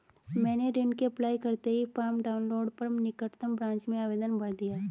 मैंने ऋण के अप्लाई करते ही फार्म डाऊनलोड कर निकटम ब्रांच में आवेदन भर दिया